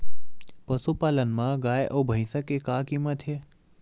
पशुपालन मा गाय अउ भंइसा के का कीमत हे?